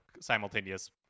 simultaneous